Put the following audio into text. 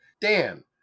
Dan